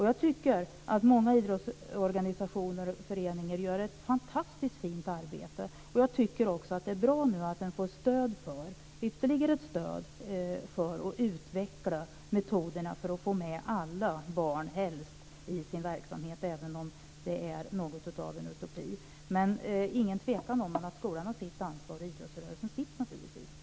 Jag tycker att många idrottsorganisationer och föreningar gör ett fantastiskt fint arbete. Jag tycker också att det är bra att de får ytterligare stöd för att utveckla metoderna för att få med helst alla barn i sin verksamhet, även om det är något av en utopi. Men ingen tvekan om att skolan har sitt ansvar och idrottsrörelsen har sitt.